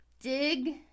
dig